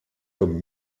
comme